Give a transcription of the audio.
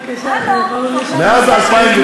למה?